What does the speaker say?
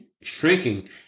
shrinking